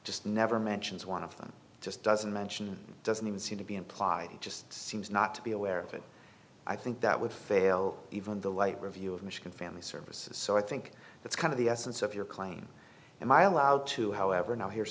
just never mentions one of them just doesn't mention doesn't even seem to be implied just seems not to be aware of it i think that would fail even the light review of michigan family services so i think that's kind of the essence of your claim am i allowed to however know here's